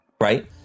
right